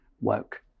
woke